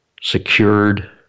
secured